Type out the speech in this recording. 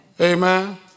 Amen